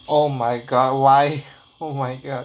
oh my god why oh my god